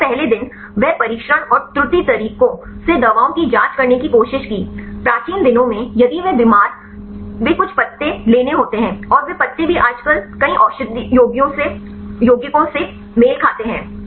इससे पहले दिन वे परीक्षण और त्रुटि तरीकों से दवाओं की जांच करने की कोशिश की प्राचीन दिनों में यदि वे बीमार वे कुछ पत्ते सही लेने होते हैं और वे पत्ते भी आजकल सही कई औषधीय यौगिकों सही से कुछ खाते हैं